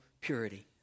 purity